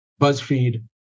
BuzzFeed